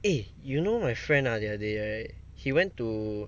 eh you know my friend ah the other day right he went to